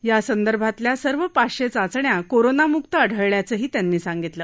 या संदर्भातल्या सर्व पाचशे चाचण्या कोरोनामुक आढळल्याचही त्यांनी सांगितलं